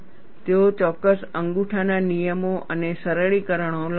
તેઓ ચોક્કસ અંગૂઠાના નિયમો અને સરળીકરણો લાવ્યા છે